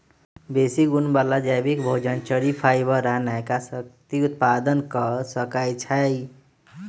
बेशी गुण बला जैबिक भोजन, चरि, फाइबर आ नयका शक्ति उत्पादन क सकै छइ